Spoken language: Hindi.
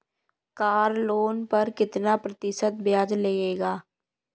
कार लोन पर कितना प्रतिशत ब्याज लगेगा?